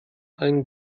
allen